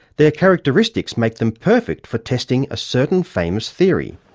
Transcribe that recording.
their characteristics make them perfect for testing a certain famous theory.